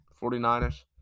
49ers